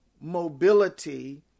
mobility